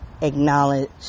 acknowledge